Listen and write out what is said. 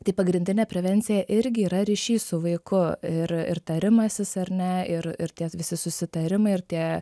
tai pagrindinė prevencija irgi yra ryšys su vaiku ir ir tarimasis ar ne ir ir tie visi susitarimai ir tie